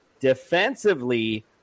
defensively